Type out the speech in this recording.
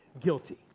guilty